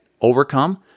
overcome